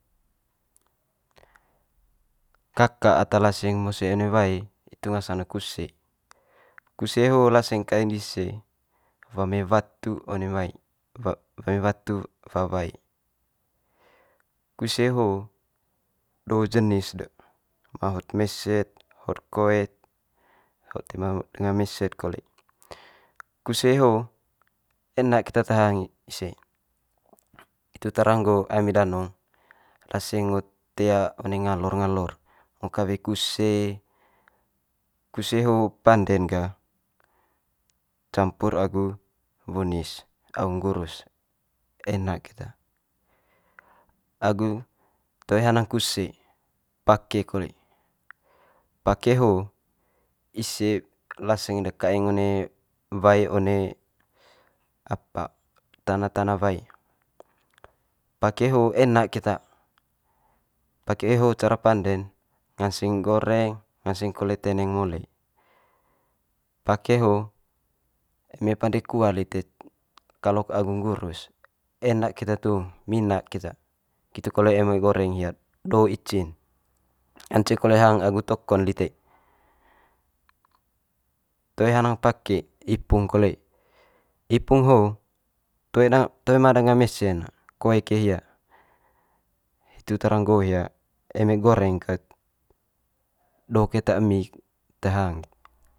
kaka ata laseng mose one wae itu ngasang ne kuse, kuse ho laseng kaeng dise wa mai watu one mai wa wae. Kuse ho do jenis de ma hot mese't hot koe't, hot toe ma danga mese't kole. kuse ho enak keta te hang i- ise itu tara nggo ami danong laseng ngo tea one ngalor ngalor ngo kawe kuse. Kuse ho pande'n gah campur agu wunis agu nggurus enak keta agu toe hanang kuse pake kole. Pake ho ise laseng de kaeng one wae one apa tana tana wae. Pake ho enak keta pake ho cara pande'n nganceng goreng nganseng kole teneng mole. Pake ho eme pande kuah lite kalok agu nggurus enak keta tuung, minak keta, nggitu kole eme goreng hia do ici'n. Ngance kole hang agu toko'n lite. Toe hanang pake, ipung kole. Ipung ho'o toe ma danga mese'n na, koe ke hia. Hitu tara nggo hia eme goreng ket do keta emi te hang.